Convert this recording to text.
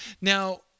now